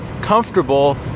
comfortable